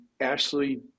Ashley